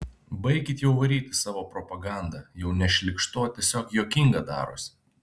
baikit jau varyti savo propagandą jau ne šlykštu o tiesiog juokinga darosi